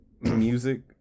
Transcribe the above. music